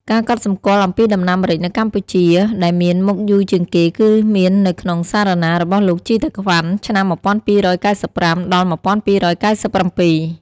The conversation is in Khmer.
ការកត់សម្គាល់ អំពីដំណាំម្រេចនៅកម្ពុជា ដែលមានមកយូរជាងគេ គឺមាននៅក្នុងសារណារបស់លោក ជីវតាក្វាន់ ឆ្នាំ ១២៩៥ ដល់ ១២៩៧។